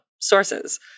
sources